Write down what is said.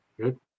Good